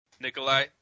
Nikolai